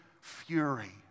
fury